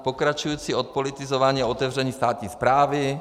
Pokračující odpolitizování a otevření státních správy.